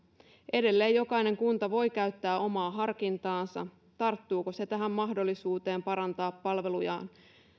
edelleen jokainen kunta voi käyttää omaa harkintaansa tarttuuko se tähän mahdollisuuteen parantaa palvelujaan